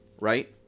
right